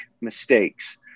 mistakes